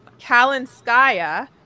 kalinskaya